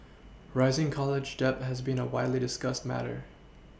rising college debt has been a widely discussed matter